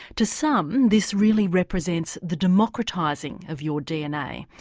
to some, this really represents the democratising of your dna.